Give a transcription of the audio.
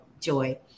joy